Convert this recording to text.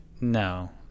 No